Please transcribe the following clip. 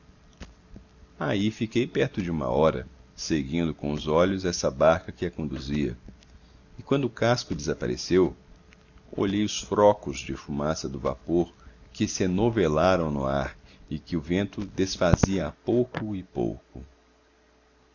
aí fiquei perto de uma hora seguindo com os olhos essa barca que a conduzia e quando o casco desapareceu olhei os frocos de fumaça do vapor que se enovelaram no ar e que o vento desfazia a pouco e pouco